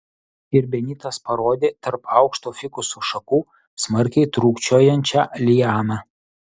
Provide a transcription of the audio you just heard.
ir benitas parodė tarp aukšto fikuso šakų smarkiai trūkčiojančią lianą